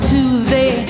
Tuesday